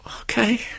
okay